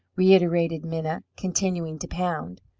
reiterated minna continuing to pound.